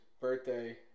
birthday